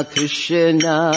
Krishna